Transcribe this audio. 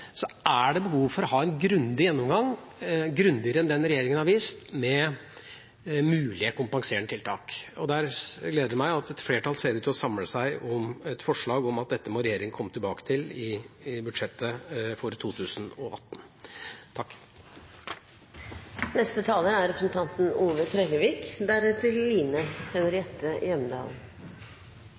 er behov for å ha en grundig gjennomgang, grundigere enn den regjeringa har vist, av mulige kompenserende tiltak. Det gleder meg at et flertall ser ut til å samle seg om et forslag om at dette må regjeringen komme tilbake til i budsjettet for 2018.